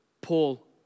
Paul